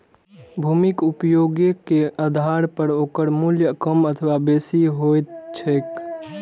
भूमिक उपयोगे के आधार पर ओकर मूल्य कम अथवा बेसी होइत छैक